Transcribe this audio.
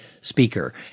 speaker